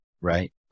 right